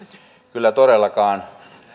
kyllä todellakaan